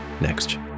Next